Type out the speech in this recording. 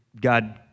God